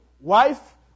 wife